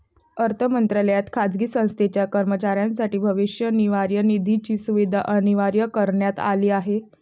अर्थ मंत्रालयात खाजगी संस्थेच्या कर्मचाऱ्यांसाठी भविष्य निर्वाह निधीची सुविधा अनिवार्य करण्यात आली आहे